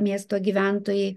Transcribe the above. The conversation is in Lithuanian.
miesto gyventojai